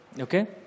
okay